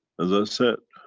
as i said,